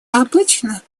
обычно